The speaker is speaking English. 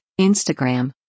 Instagram